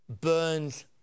burns